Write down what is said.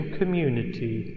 community